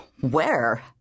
Where